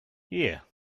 here